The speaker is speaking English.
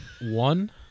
one